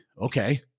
okay